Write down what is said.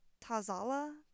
Tazala